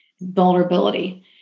vulnerability